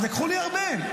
אז לקחו לי הרבה.